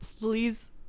please